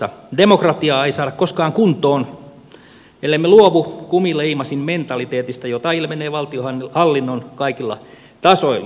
demokratiaa ei saada koskaan kuntoon ellemme luovu kumileimasinmentaliteetista jota ilmenee valtionhallinnon kaikilla tasoilla